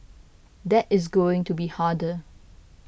that is going to be harder